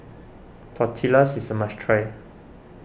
Tortillas is a must try